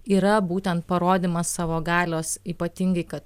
yra būtent parodymas savo galios ypatingai kad